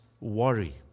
worry